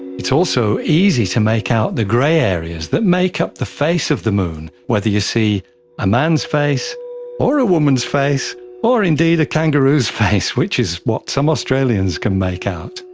it's also easy to make out the grey areas that make up the face of the moon, whether you see a man's face or a woman's face or indeed a kangaroo's face, which is what some australians can make out.